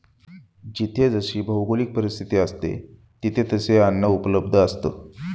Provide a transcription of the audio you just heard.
जिथे जशी भौगोलिक परिस्थिती असते, तिथे तसे अन्न उपलब्ध असतं